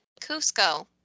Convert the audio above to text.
Cusco